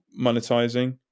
monetizing